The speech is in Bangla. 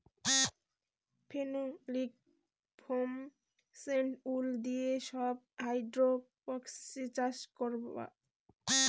ফেনোলিক ফোম, স্টোন উল দিয়ে সব হাইড্রোপনিক্স চাষ করাবো